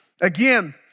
Again